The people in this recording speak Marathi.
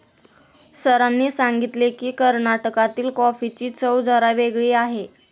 सरांनी सांगितले की, कर्नाटकातील कॉफीची चव जरा वेगळी आहे